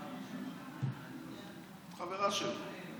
את חברה שלו.